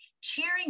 Cheering